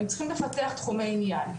הם צריכים לפתח תחומי עניין,